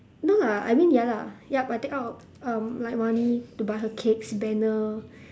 no lah I mean ya lah yup I take out um like money to buy her cakes banner